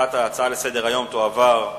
ההצעה לסדר-היום תועבר,